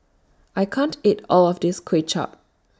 I can't eat All of This Kway Chap